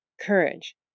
courage